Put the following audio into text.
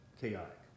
chaotic